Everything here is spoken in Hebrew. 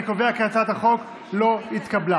אני קובע כי הצעת החוק לא התקבלה.